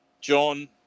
John